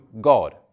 God